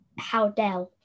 Howdell